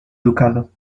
ducado